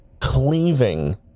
cleaving